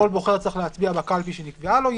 בוחר צריך להצביע בקלפי שנקבעה לו,